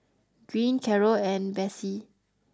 green Carroll and Besse